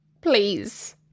please